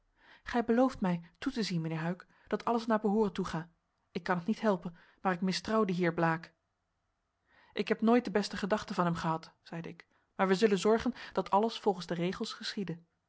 gij belooft mij toe te zien mijnheer huyck dat alles naar behooren toega ik kan het niet helpen maar ik mistrouw dien heer blaek ik heb nooit de beste gedachten van hem gehad zeide ik maar wij zullen zorgen dat alles volgens de regels geschiede